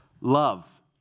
love